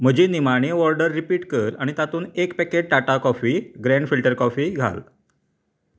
म्हजी निमाणी order repeat कर आनी तातूंत एक packet Tata coffee grand filter coffee घाल